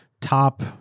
top